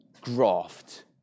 graft